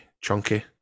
chunky